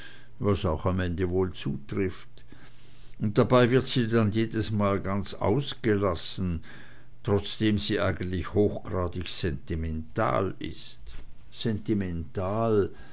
was auch am ende wohl zutrifft und dabei wird sie dann jedesmal ganz ausgelassen trotzdem sie eigentlich hochgradig sentimental ist sentimental